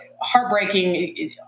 heartbreaking